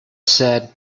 said